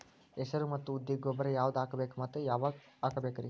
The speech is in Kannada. ಹೆಸರು ಮತ್ತು ಉದ್ದಿಗ ಗೊಬ್ಬರ ಯಾವದ ಹಾಕಬೇಕ ಮತ್ತ ಯಾವಾಗ ಹಾಕಬೇಕರಿ?